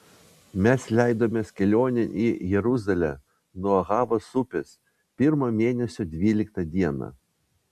mes leidomės kelionėn į jeruzalę nuo ahavos upės pirmo mėnesio dvyliktą dieną